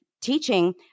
teaching